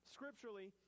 Scripturally